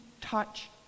touch